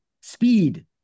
speed